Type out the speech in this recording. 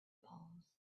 palms